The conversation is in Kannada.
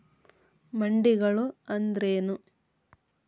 ಮಂಡಿಗಳು ಅಂದ್ರೇನು?